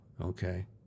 Okay